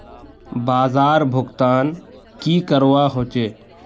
बाजार भुगतान की करवा होचे?